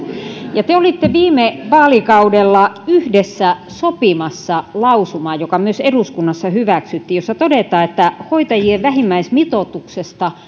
te olitte viime vaalikaudella yhdessä sopimassa lausumaa joka myös eduskunnassa hyväksyttiin ja jossa todetaan että hoitajien vähimmäismitoituksesta